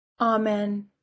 Amen